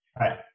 Right